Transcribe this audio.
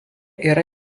yra